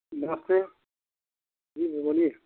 नमस्ते जी बोलिए